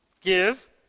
Give